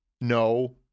No